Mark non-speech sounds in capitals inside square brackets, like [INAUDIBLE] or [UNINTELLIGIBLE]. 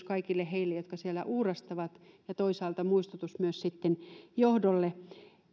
[UNINTELLIGIBLE] kaikille heille jotka siellä uurastavat ja toisaalta myös muistutus johdolle